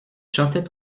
chantait